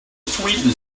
sweden